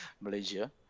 Malaysia